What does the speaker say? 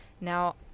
now